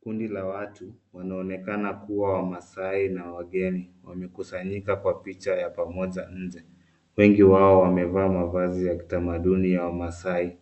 Kundi la watu wanaonekana kuwa wamaasai na wageni, wamekusanyika kwa picha ya pamoja nje. Wengi wao wamevaa mavazi ya kitamaduni ya wamaasai,